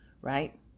Right